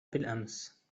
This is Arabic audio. بالأمس